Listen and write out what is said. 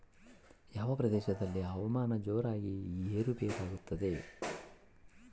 ಯಾವ ಪ್ರದೇಶಗಳಲ್ಲಿ ಹವಾಮಾನ ಜೋರಾಗಿ ಏರು ಪೇರು ಆಗ್ತದೆ?